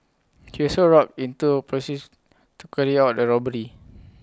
he also roped in two to carry out the robbery